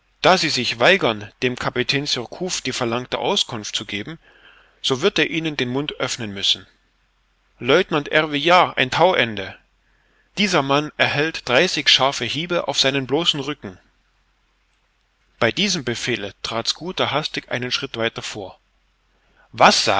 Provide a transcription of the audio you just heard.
da sie sich weigern dem kapitän surcouf die verlangte auskunft zu geben so wird er ihnen den mund öffnen müssen lieutenant ervillard ein tauende dieser mann erhält dreißig scharfe hiebe auf den bloßen rücken bei diesem befehle trat schooter hastig einen schritt weiter vor was